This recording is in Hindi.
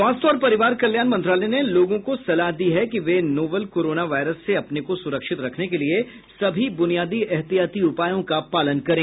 स्वास्थ्य और परिवार कल्याण मंत्रालय ने लोगों को सलाह दी है कि वे नोवल कोरोना वायरस से अपने को सुरक्षित रखने के लिए सभी बुनियादी एहतियाती उपायों का पालन करें